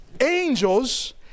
Angels